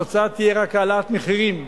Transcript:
התוצאה תהיה רק העלאת מחירים,